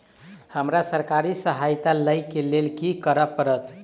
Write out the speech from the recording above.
हमरा सरकारी सहायता लई केँ लेल की करऽ पड़त?